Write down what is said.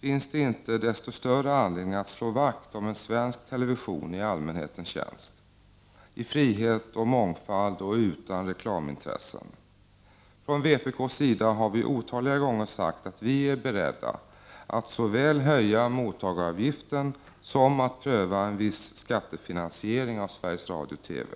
Finns det inte desto större anledning att slå vakt om en svensk television i allmänhetens tjänst, i frihet och mångfald och utan reklamintressen? Från vpk:s sida har vi otaliga gånger sagt att vi är beredda att såväl höja mottagaravgiften som att pröva en viss skattefinansiering av Sveriges Radio/TV.